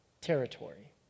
territory